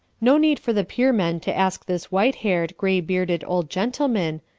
no need for the piermen to ask this white-haired, gray-bearded old gentleman,